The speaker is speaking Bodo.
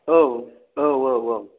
औ औ औ औ